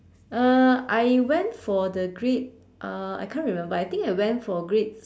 uh I went for the grade uh I can't remember I think I went for grade